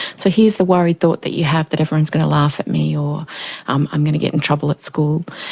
so, here's the worried thought that you have, that everyone is going to laugh at me or i'm i'm going to get in trouble at school,